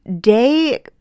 day